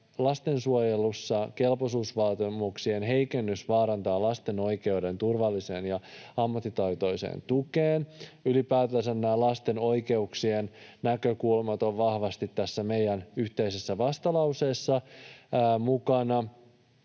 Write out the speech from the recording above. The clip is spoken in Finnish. lastensuojelussa kelpoisuusvaatimuksien heikennys vaarantaa lasten oikeuden turvalliseen ja ammattitaitoiseen tukeen. Ylipäätänsä nämä lasten oikeuksien näkökulmat ovat vahvasti tässä meidän yhteisessä vastalauseessa mukana.